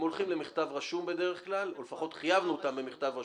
הם הולכים למכתב רשום בדרך כלל או לפחות חייבנו אותם במכתב רשום.